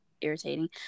irritating